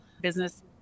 business